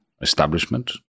establishment